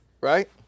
Right